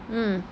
mm